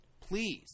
Please